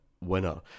winner